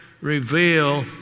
reveal